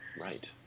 right